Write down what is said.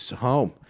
home